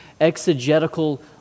exegetical